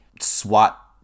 SWAT